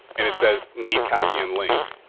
and it says need copy and link.